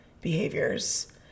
behaviors